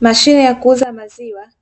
Mashine ya kuuza maziwa,